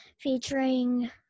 featuring